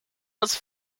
was